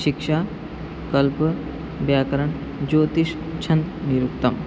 शिक्षा कल्पः व्याकरणं ज्योतिषं छन्दः निरुक्तम्